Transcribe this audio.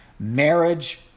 Marriage